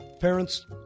Parents